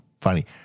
funny